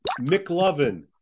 McLovin